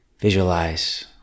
visualize